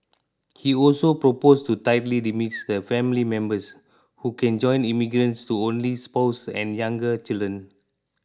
he also proposed to tightly limits the family members who can join immigrants to only spouses and younger children